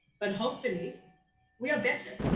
but hopefully we are better.